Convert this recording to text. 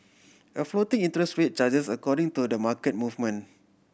a floating interest rate charges according to the market movement